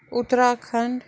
Uttarakhand